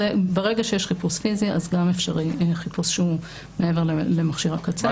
ברגע שיש חיפוש פיזי אז גם אפשרי חיפוש שהוא מעבר למכשיר הקצה.